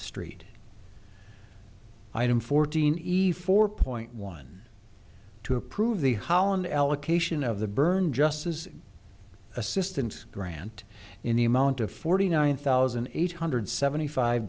street item fourteen easy for point one to approve the holland allocation of the burn just as assistance grant in the amount of forty nine thousand eight hundred seventy five